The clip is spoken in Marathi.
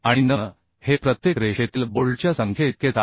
आणि n हे प्रत्येक रेषेतील बोल्टच्या संख्येइतकेच आहेत